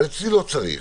אבל אצלי לא צריך.